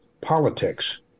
politics